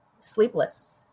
sleepless